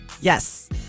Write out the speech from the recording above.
Yes